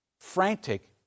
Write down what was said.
frantic